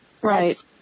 Right